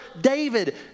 David